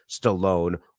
Stallone